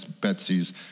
Betsy's